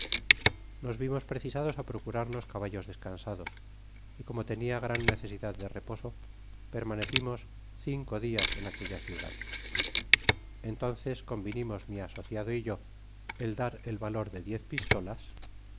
nos vimos precisados á procurarnos caballos descansados y como tenia gran necesidad de reposo permanecimos cinco dias en aquella ciudad entonces convinimos mi asociado y yo el dar el valor de diez pistolas